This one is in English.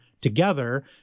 together